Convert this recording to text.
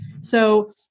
So-